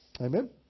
Amen